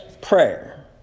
Prayer